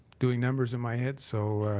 doing numbers in my head, so.